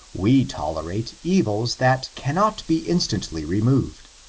we tolerate evils that cannot be instantly removed.